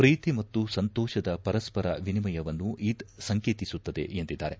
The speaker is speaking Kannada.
ಪ್ರೀತಿ ಮತ್ತು ಸಂತೋಷದ ಪರಸ್ಪರ ವಿನಿಮಯವನ್ನು ಈದ್ ಸಂಕೇತಿಸುತ್ತದೆ ಎಂದಿದ್ದಾರೆ